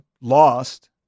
lost